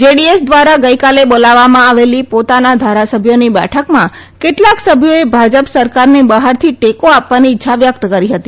જેડીએસ દ્વારા ગઈકાલે બોલાવવામાં આવેલી પોતાના ધારાસભ્યોની બેઠકમાં કેટલાક સભ્યોએ ભાજપ સરકારને બહારથી ટેકો આપવાની ઈચ્છા વ્યકત કરી હતી